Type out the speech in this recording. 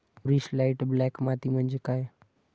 मूरिश light black माती म्हणजे काय?